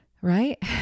right